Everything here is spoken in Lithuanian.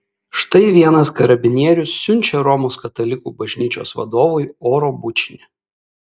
štai vienas karabinierius siunčia romos katalikų bažnyčios vadovui oro bučinį